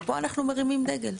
ופה אנחנו מרימים דגל,